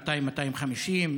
200 250,